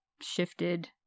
shifted